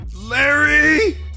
Larry